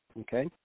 okay